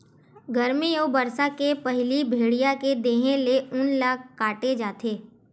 गरमी अउ बरसा के पहिली भेड़िया के देहे ले ऊन ल काटे जाथे